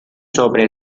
sobre